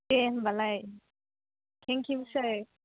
दे होनबालाय थेंकइउसै